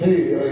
Hey